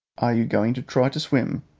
are you going to try to swim?